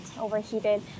overheated